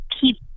keep